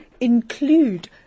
include